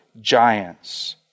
giants